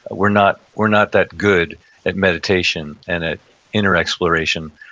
we're not we're not that good at meditation and at inner exploration,